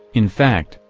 in fact,